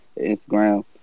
Instagram